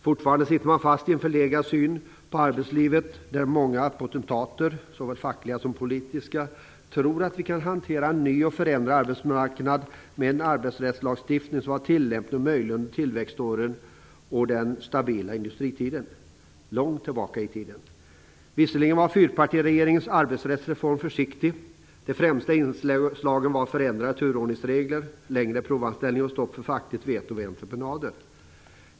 Fortfarande sitter man fast i en förlegad syn på arbetslivet där många potentater, såväl fackliga som politiska, tror att vi kan hantera en ny och förändrad arbetsmarknad med en arbetsrättslagstiftning som var tillämplig och möjlig under tillväxtåren och den stabila industritiden, långt tillbaka i tiden. Visserligen var fyrpartiregeringens arbetsrättsreform försiktig. De främsta inslagen var förändrade turordningsregler, längre provanställning och stopp för facklig veto vid entreprenader.